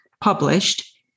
published